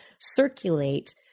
circulate